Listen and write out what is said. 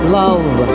love